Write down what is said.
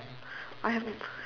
I have